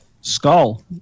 skull